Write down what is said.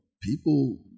people